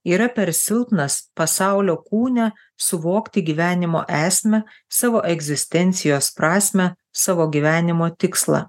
yra per silpnas pasaulio kūne suvokti gyvenimo esmę savo egzistencijos prasmę savo gyvenimo tikslą